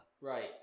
Right